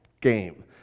game